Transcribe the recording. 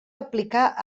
aplicar